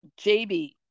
JB